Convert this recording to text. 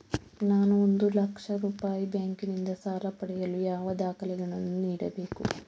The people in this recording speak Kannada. ನಾನು ಒಂದು ಲಕ್ಷ ರೂಪಾಯಿ ಬ್ಯಾಂಕಿನಿಂದ ಸಾಲ ಪಡೆಯಲು ಯಾವ ದಾಖಲೆಗಳನ್ನು ನೀಡಬೇಕು?